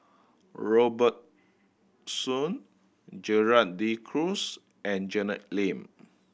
Robert Soon Gerald De Cruz and Janet Lim